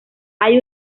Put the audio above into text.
hay